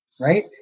right